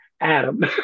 Adam